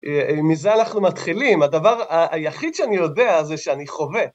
מזה אנחנו מתחילים הדבר היחיד שאני יודע זה שאני חווה